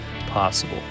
possible